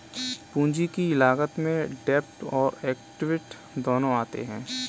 पूंजी की लागत में डेब्ट और एक्विट दोनों आते हैं